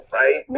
right